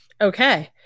okay